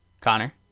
Connor